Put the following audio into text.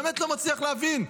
באמת לא מצליח להבין.